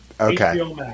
Okay